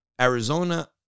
Arizona